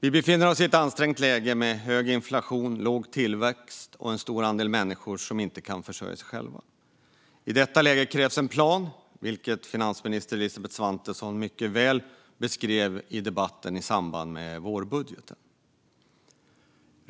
Vi befinner oss i ett ansträngt läge med hög inflation, låg tillväxt och en stor andel människor som inte kan försörja sig själva. I detta läge krävs en plan, vilket finansminister Elisabeth Svantesson mycket väl beskrev i debatten i samband med vårbudgeten.